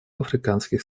африканских